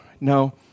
no